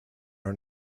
are